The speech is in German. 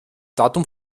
datum